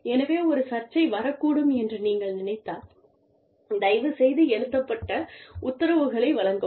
எனவே ஒரு சர்ச்சை வரக்கூடும் என்று நீங்கள் நினைத்தால் தயவுசெய்து எழுதப்பட்ட உத்தரவுகளை வழங்கவும்